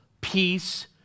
peace